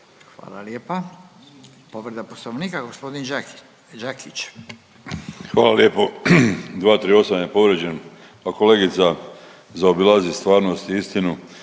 Hvala lijepa. Povreda Poslovnika, g. Đakić. **Đakić, Josip (HDZ)** Hvala lijepo. 238 je povrijeđen. Pa kolegica zaobilazi stvarnost i istinu.